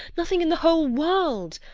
nothing in the whole world.